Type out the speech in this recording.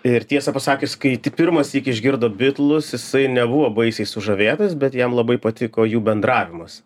ir tiesą pasakius kai tik pirmąsyk išgirdo bitlus jisai nebuvo baisiai sužavėtas bet jam labai patiko jų bendravimas